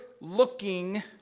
looking